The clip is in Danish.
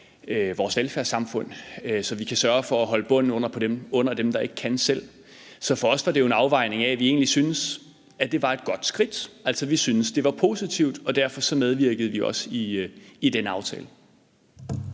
så vi kan sørge for at holde hånden under dem, der ikke kan selv. Så for os var det jo en afvejning af, at vi egentlig syntes, at det var et godt skridt, altså at vi syntes, at det var positivt, og derfor medvirkede vi også i den aftale.